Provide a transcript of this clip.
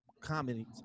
comedy